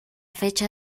fecha